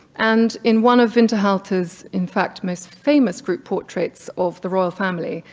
and in one of winterhalter's, in fact, most famous group portrait of the royal family,